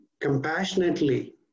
compassionately